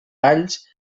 alls